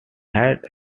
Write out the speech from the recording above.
had